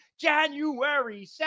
january